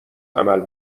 عمل